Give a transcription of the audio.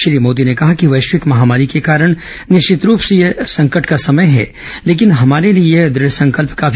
श्री मोदी ने कहा कि वैश्विक महामारी के कारण निश्चित रूप से यह संकट का समय है लेकिन हमारे लिए यह दुढ़संकल्प का भी समय है